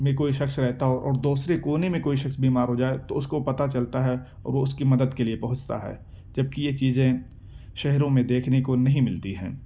میں کوئی شخص رہتا ہو اور دوسرے کونے میں کوئی شخص بیمار ہو جائے تو اس کو پتہ چلتا ہے اور وہ اس کی مدد کے لیے پہنچتا ہے جبکہ یہ چیزیں شہروں میں دیکھنے کو نہیں ملتی ہیں